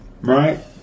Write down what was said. right